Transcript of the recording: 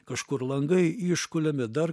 kažkur langai iškuliami dar